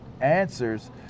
answers